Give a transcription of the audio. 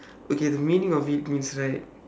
okay the meaning of it means right